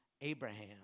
Abraham